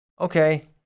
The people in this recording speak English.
okay